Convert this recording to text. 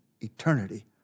eternity